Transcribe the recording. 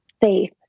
faith